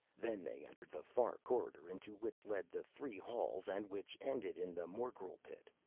then they entered the far corridor into which led the three halls and which ended in the morgel pit.